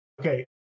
Okay